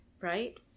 right